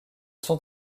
sont